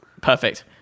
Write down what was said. perfect